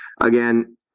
again